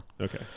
Okay